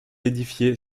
édifiée